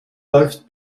läuft